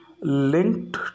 linked